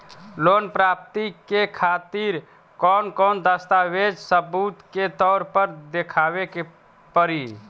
Loan प्राप्ति के खातिर कौन कौन दस्तावेज सबूत के तौर पर देखावे परी?